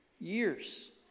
years